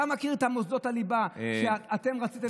אתה מכיר את מוסדות הליבה שאתם רציתם,